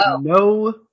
no